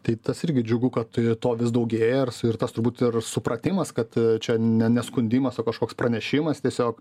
tai tas irgi džiugu kad to vis daugėja ir ir tas turbūt ir supratimas kad čia ne ne skundimas o kažkoks pranešimas tiesiog